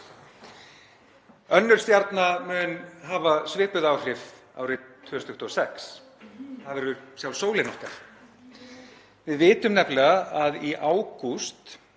Önnur stjarna mun hafa svipuð áhrif árið 2026. Það verður sjálf sólin okkar. Við vitum nefnilega að í ágúst